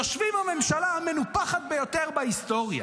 יושבת הממשלה המנופחת ביותר בהיסטוריה,